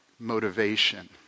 motivation